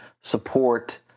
support